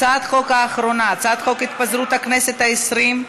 הצעת החוק האחרונה: הצעת חוק התפזרות הכנסת העשרים,